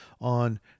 on